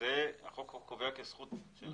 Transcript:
והחוק גם קובע שזאת זכות.